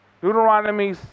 Deuteronomy